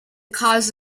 cause